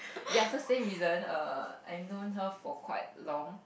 ya so same reason err I known her for quite long